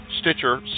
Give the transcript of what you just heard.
Stitcher